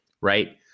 right